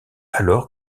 alors